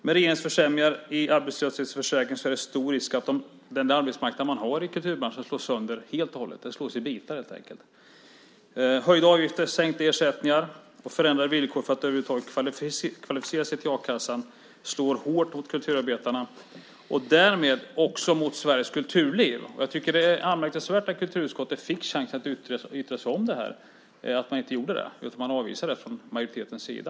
Med regeringens försämringar i arbetslöshetsförsäkringen är det stor risk att den arbetsmarknad man har i kulturbranschen slås sönder helt och hållet. Den slås helt enkelt i bitar. Höjda avgifter, sänkta ersättningar och förändrade villkor för att över huvud taget kvalificera sig till a-kassan slår hårt mot kulturarbetarna. Därmed slår det också hårt mot Sveriges kulturliv. Det är anmärkningsvärt att kulturutskottet fick chansen att yttra sig om det men inte gjorde det, utan man avvisade det från majoritetens sida.